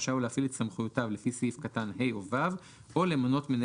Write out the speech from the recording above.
רשאי הוא להפעיל את סמכויותיו לפי סעיף קטן (ה) או (ו) או למנות מנהל